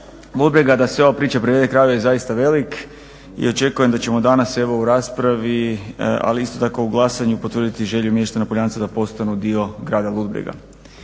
Ludbrega da se ova priča privede kraju je zaista velik i očekujem da ćemo danas evo u raspravi ali isto tako u glasanju potvrditi želju mještana Poljanica da postanu dio Grada Ludbrega.